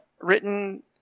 written